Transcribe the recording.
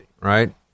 right